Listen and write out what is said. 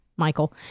michael